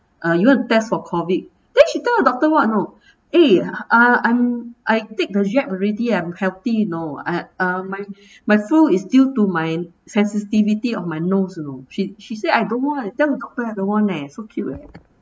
uh you want to test for COVID then she tell the doctor what you know eh uh I'm I take the jab already eh I'm healthy you know I uh my my flu is due to my sensitivity of my nose you know she she said I don't want tell the doctor I don't want so cute leh